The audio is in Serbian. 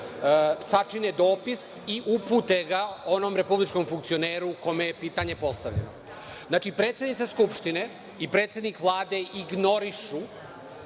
sačine dopis i upute ga onom republičkom funkcioneru kome je pitanje postavljeno. Znači, predsednica Skupštine i predsednik Vlade ignorišu